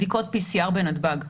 בדיקות PCR בנתב"ג,